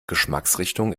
geschmacksrichtung